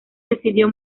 decidió